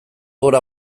gora